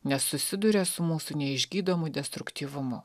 nes susiduria su mūsų neišgydomu destruktyvumu